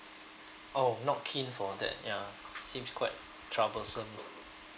oh not keen for that ya seems quite troublesome so